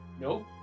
Nope